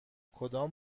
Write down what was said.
کدام